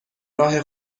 راه